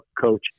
Coach